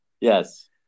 Yes